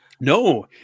No